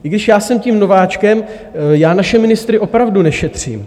I když já jsem tím nováčkem, já naše ministry opravdu nešetřím.